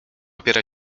opiera